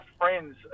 friends